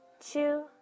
two